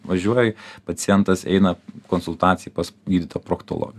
važiuoji pacientas eina konsultacijai pas gydytoją proktologą